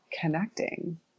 connecting